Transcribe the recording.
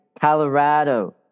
Colorado